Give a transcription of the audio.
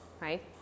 right